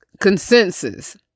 consensus